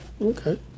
okay